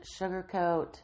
sugarcoat